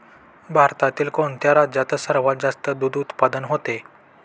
भारतातील कोणत्या राज्यात सर्वात जास्त दूध उत्पादन होते?